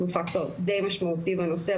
אנחנו פקטור די משמעותי בנושא.